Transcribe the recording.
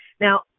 Now